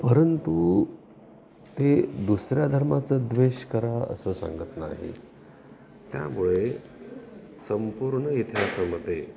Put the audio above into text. परंतु ते दुसऱ्या धर्माचं द्वेष करा असं सांगत नाही त्यामुळे संपूर्ण इतिहासामध्ये